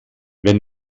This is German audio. wenn